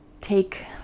take